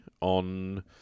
on